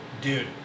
Dude